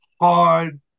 hard